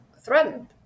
threatened